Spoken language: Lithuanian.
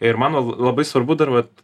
ir mano labai svarbu dar vat